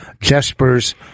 Jesper's